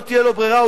לא תהיה לו ברירה,